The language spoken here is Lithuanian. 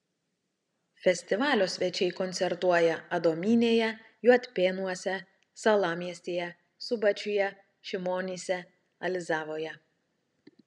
festivalio svečiai koncertuoja adomynėje juodpėnuose salamiestyje subačiuje šimonyse alizavoje